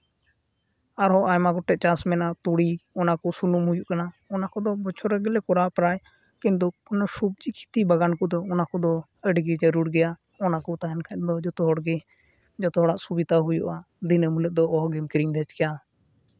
ᱟᱨᱦᱚᱸ ᱟᱭᱢᱟ ᱜᱚᱴᱮᱡ ᱪᱟᱥ ᱢᱮᱱᱟᱜᱼᱟ ᱛᱩᱲᱤ ᱚᱱᱟ ᱠᱚ ᱥᱩᱱᱩᱢ ᱦᱩᱭᱩᱜ ᱠᱟᱱᱟ ᱚᱱᱟ ᱠᱚᱫᱚ ᱵᱚᱪᱷᱚᱨ ᱨᱮᱜᱮ ᱞᱮ ᱠᱚᱨᱟᱣᱟ ᱯᱨᱟᱭ ᱠᱤᱱᱛᱩ ᱠᱳᱱᱳ ᱥᱚᱵᱽᱡᱤ ᱠᱷᱮᱛᱤ ᱵᱟᱜᱟᱱ ᱠᱚᱫᱚ ᱚᱱᱟ ᱠᱚᱫᱚ ᱟᱹᱰᱤ ᱜᱮ ᱡᱟᱹᱨᱩᱲ ᱜᱮᱭᱟ ᱚᱱᱟ ᱠᱚ ᱛᱟᱦᱮᱱ ᱠᱷᱟᱱ ᱫᱚ ᱡᱚᱛᱚ ᱦᱚᱲ ᱜᱮ ᱡᱚᱛᱚ ᱦᱚᱲᱟᱜ ᱥᱩᱵᱤᱛᱟ ᱦᱩᱭᱩᱜᱼᱟ ᱫᱤᱱᱟᱹᱢ ᱦᱤᱞᱟᱹᱜ ᱫᱚ ᱚᱦᱚᱜᱮᱢ ᱠᱤᱨᱤᱧ ᱫᱷᱮᱡ ᱠᱮᱭᱟ